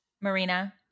Marina